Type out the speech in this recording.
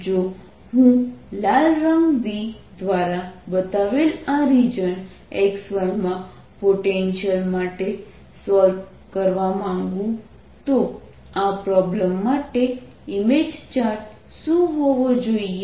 જો હું લાલ રંગ v દ્વારા બતાવેલ આ રિજન xy માં પોટેન્શિયલ માટે સોલ્વ કરવા માંગું તો આ પ્રોબ્લેમ માટે ઇમેજ ચાર્જ શું હોવો જોઈએ